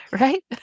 right